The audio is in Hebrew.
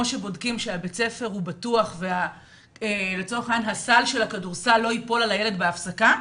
כמו שבודקים שבית הספר הוא בטוח ושסל הכדורסל לא ייפול על הילד בהפסקה,